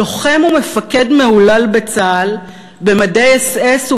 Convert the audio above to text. לוחם ומפקד מהולל בצה"ל במדי אס.אס.